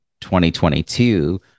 2022